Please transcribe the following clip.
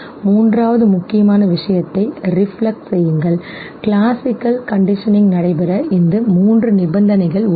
மூன்றாவது முக்கியமான விஷயத்தை Reflex செய்யுங்கள் கிளாசிக்கல் கண்டிஷனிங் நடைபெற இந்த மூன்று முன்நிபந்தனைகள் உள்ளன